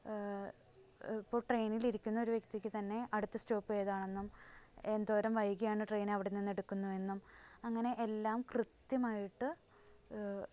ഇപ്പോൾ ട്രെയിനിലിരിക്കുന്നൊരു വ്യക്തിക്ക് തന്നെ അടുത്ത സ്റ്റോപ്പേതാണെന്നും എന്തോരം വൈകിയാണ് ട്രെയ്നവിടെ നിന്ന് എടുക്കുന്നതെന്നും അങ്ങനെ എല്ലാം കൃത്യമായിട്ട്